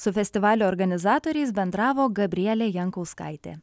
su festivalio organizatoriais bendravo gabrielė jankauskaitė